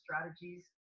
strategies